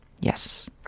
Yes